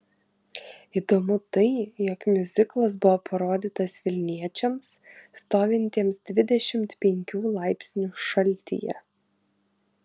įdomu tai jog miuziklas buvo parodytas vilniečiams stovintiems dvidešimt penkių laipsnių šaltyje